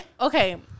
Okay